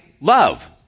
love